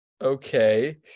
Okay